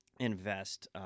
invest